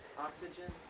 Oxygen